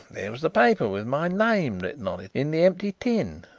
there was the paper with my name written on it in the empty tin.